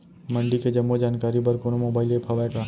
मंडी के जम्मो जानकारी बर कोनो मोबाइल ऐप्प हवय का?